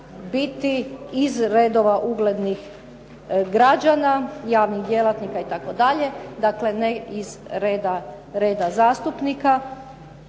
biti iz redova uglednih građana, javnih djelatnika itd., dakle, ne iz reda zastupnika.